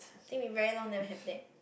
I think we very long never have that